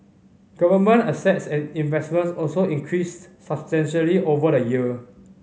government assets and investments also increased substantially over the year